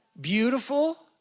beautiful